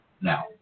Now